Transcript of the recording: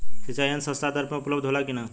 सिंचाई यंत्र सस्ता दर में उपलब्ध होला कि न?